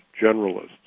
generalists